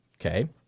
okay